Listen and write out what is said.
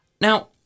Now